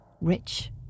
rich